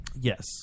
Yes